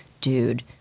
dude